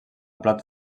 plat